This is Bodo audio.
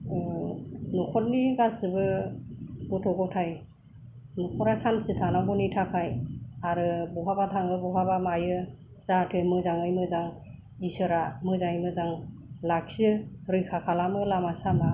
नखरनि गासिबो गथ' गथाइ नखरा सानसे थानांगौनि थाखाय आरो बहाबा थाङो बहाबा मायो जाहाथे मोजाङै मोजां इसोरा मोजाङै मोजां लाखियो रैखा खालामो लामा सामा